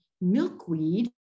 milkweed